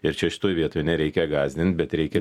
ir čia šitoj vietoj nereikia gąsdint bet reikia